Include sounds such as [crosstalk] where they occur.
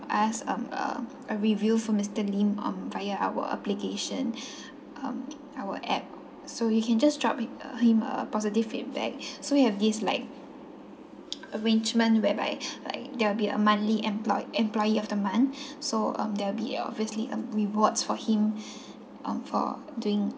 us um uh a review for mister lim on via our application [breath] um our app so you can just drop hi~ him uh positive feedback [breath] so you have this like arrangement whereby [breath] like there'll be a monthly employ~ employee of the month [breath] so um there'll be obviously um rewards for him [breath] um for doing